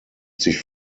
sich